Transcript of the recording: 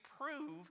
prove